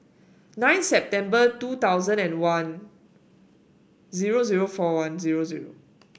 nine September two thousand and one zero zero four one zero zero